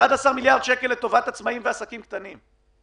11 מיליארד שקל לטובת עצמאים ועסקים קטנים.